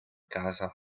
casa